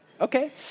Okay